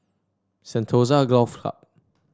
Sentosa Golf Club